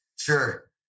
Sure